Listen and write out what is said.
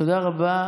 תודה רבה.